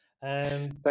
Thank